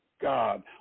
God